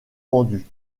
pendu